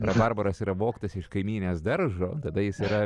rabarbaras yra vogtas iš kaimynės daržo tada jis yra